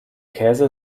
käse